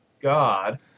God